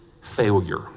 failure